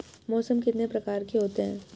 मौसम कितने प्रकार के होते हैं?